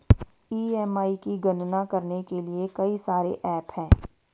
EMI की गणना करने के लिए कई सारे एप्प हैं